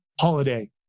Holiday